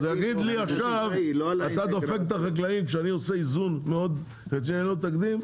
להגיד לי עכשיו אתה דופק את החקלאים כשאני עושה איזון שאין לו תקדים,